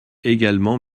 également